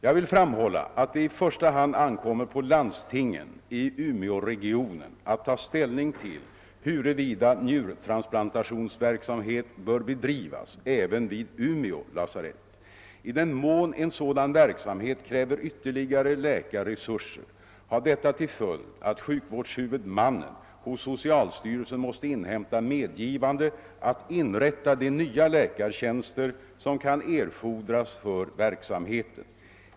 Jag vill framhålla att det i första hand ankommer på landstingen i Umeåregionen :att ta” ställning till huruvida njurtransplantationsverksamhet bör bedrivas även vid Umeå lasarett. I den mån en 'sådan verksamhet kräver ytterligare läkarresurser har detta till följd att 'sjukvårdshuvudmannen hos socialstyrelsen måste inhämta medgivande att inrätta de nya läkartjänster som kan erfordras för verksamheten.